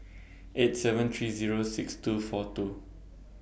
eight seven three Zero six two four two